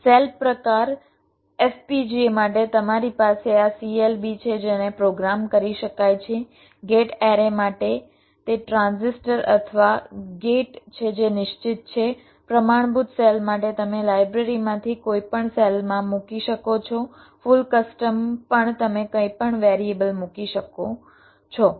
cell પ્રકાર FPGA માટે તમારી પાસે આ CLB છે જેને પ્રોગ્રામ કરી શકાય છે ગેટ એરે માટે તે ટ્રાન્ઝિસ્ટર અથવા ગેટ છે જે નિશ્ચિત છે પ્રમાણભૂત સેલ માટે તમે લાઇબ્રેરીમાંથી કોઈપણ સેલમાં મૂકી શકો છો ફુલ કસ્ટમ પણ તમે કંઈપણ વેરિએબલ મૂકી શકો છો